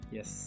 Yes